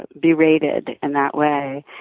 berated in that way.